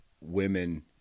women